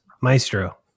Maestro